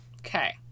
Okay